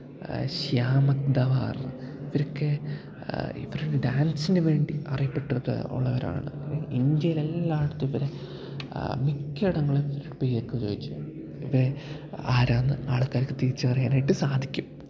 ശ്യാമദവാർ ഇവരൊക്കെ ഇവരുടെ ഡാൻസിന് വേണ്ടി അറിയപ്പെട്ടത് ഉള്ളവരാണ് ഇന്ത്യയിൽ എല്ലായിടത്തും ഇവരെ മിക്കയിടങ്ങളും പേരൊക്കെ ചോദിച്ചോ ഇവർ ആരാന്ന് ആൾക്കാർക്ക് തിരിച്ചറിയാനായിട്ട് സാധിക്കും